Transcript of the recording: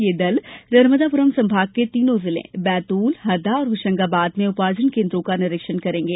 ये दल नर्मदापुरम संभाग के तीनों जिले में बैतूल हरदा और होशंगाबाद में उपार्जन केन्द्रों का निरीक्षण करेंगे